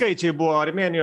skaičiai buvo armėnijoj